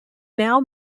now